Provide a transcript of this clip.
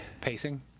Pacing